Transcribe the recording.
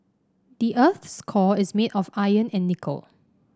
the earth's core is made of iron and nickel